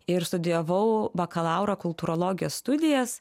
ir studijavau bakalaurą kultūrologijos studijas